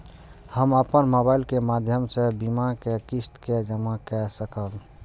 हम अपन मोबाइल के माध्यम से बीमा के किस्त के जमा कै सकब?